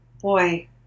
Boy